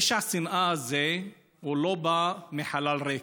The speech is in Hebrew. פשע השנאה הזה לא בא מחלל ריק,